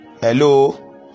hello